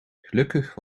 gelukkig